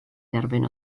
dderbyn